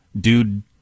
dude